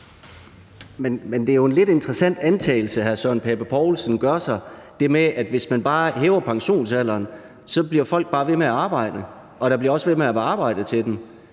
Det er jo en lidt interessant antagelse, hr. Søren Pape Poulsen gør sig, altså det med, at hvis bare man hæver pensionsalderen, bliver folk bare ved med at arbejde, og der bliver også ved med at være arbejde til dem.